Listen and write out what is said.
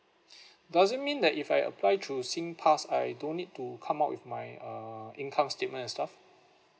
doesn't mean that if I apply through Singpass I don't need to come up with my uh income statement and stuff